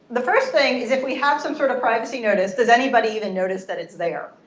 the first thing is if we have some sort of privacy notice, does anybody even notice that it's there?